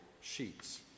sheets